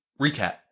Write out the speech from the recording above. recap